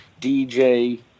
DJ